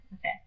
okay